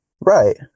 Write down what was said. right